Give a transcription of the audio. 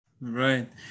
Right